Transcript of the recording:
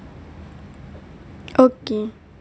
okay